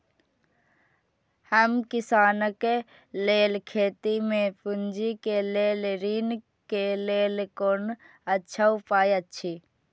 हम किसानके लेल खेती में पुंजी के लेल ऋण के लेल कोन अच्छा उपाय अछि?